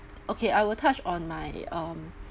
okay I will touch on my um